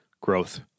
Growth